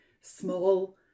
small